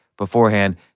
beforehand